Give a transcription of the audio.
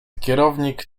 kierownik